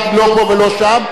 לא פה ולא שם,